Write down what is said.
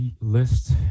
list